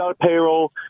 payroll